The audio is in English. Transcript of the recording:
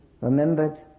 remembered